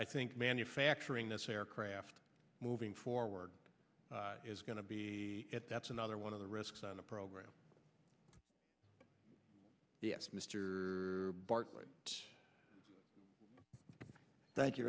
i think manufacturing this aircraft moving forward is going to be that's another one of the risks on the program yes mr bartlett thank you